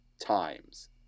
times